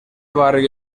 barrio